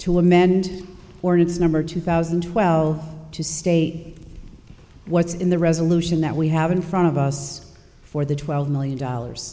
to amend order this number two thousand and twelve to state what's in the resolution that we have in front of us for the twelve million dollars